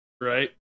Right